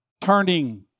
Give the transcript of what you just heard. Turning